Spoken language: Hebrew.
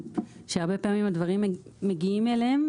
שהרבה פעמים הדברים מגיעים אליהם,